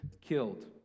killed